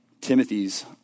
Timothy's